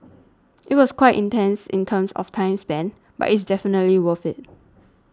it was quite intense in terms of time spent but it's definitely worth it